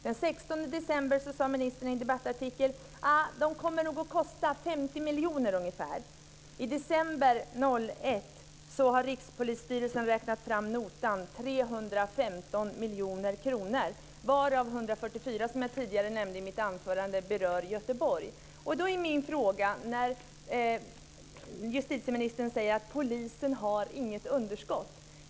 Den 16 december sade ministern i en debattartikel: Det kommer nog att kosta 50 miljoner ungefär. I december 2001 har Rikspolisstyrelsen räknat fram notan: 315 miljoner kronor, varav 144, som jag tidigare nämnde i mitt anförande, berör Göteborg. Justitieministern säger att polisen inte har något underskott.